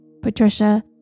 Patricia